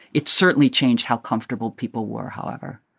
it certainly changed how comfortable people were however